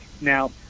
Now